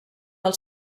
del